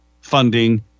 funding